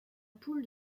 poule